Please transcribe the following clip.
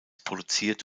produziert